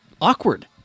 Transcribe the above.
awkward